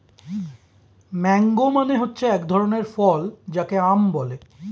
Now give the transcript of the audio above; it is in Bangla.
ম্যাংগো মানে হচ্ছে এক ধরনের ফল যাকে আম বলে